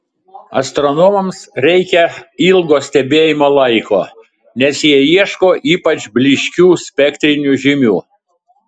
astronomams reikia ilgo stebėjimo laiko nes jie ieško ypač blyškių spektrinių žymių